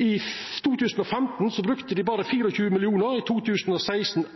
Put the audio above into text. I 2015 brukte dei berre 24 mill. kr, i 2016